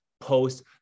post